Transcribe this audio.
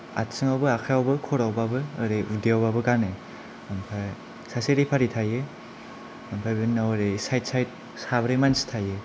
आथिङावबो आखायावबो खर'आवबाबो ओरै उदैआवबाबो गानो ओमफाय सासे रेफारि थायो ओमफ्राय बेनि उनाव बे साइड साइड साब्रै मानसि थायो